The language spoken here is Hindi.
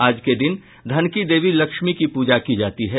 आज के दिन धन की देवी लक्ष्मी की पूजा की जाती है